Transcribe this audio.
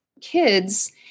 kids